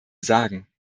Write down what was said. sagen